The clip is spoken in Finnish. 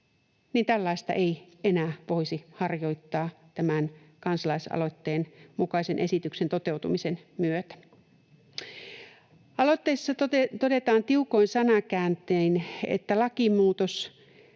ongelmista, enää voisi harjoittaa tämän kansalaisaloitteen mukaisen esityksen toteutumisen myötä. Aloitteessa todetaan tiukoin sanakääntein, että lakimuutos